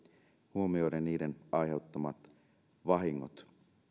huomioiden niiden aiheuttamat vahingot